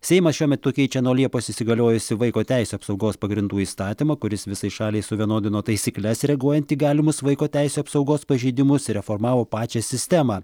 seimas šiuo metu keičia nuo liepos įsigaliojusį vaiko teisių apsaugos pagrindų įstatymą kuris visai šaliai suvienodino taisykles reaguojant į galimus vaiko teisių apsaugos pažeidimus reformavo pačią sistemą